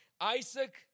Isaac